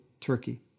Turkey